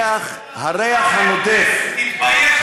הריח הנודף, תתבייש לך על מה שאתה אומר.